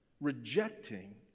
rejecting